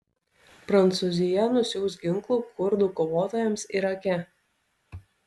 prancūzija nusiųs ginklų kurdų kovotojams irake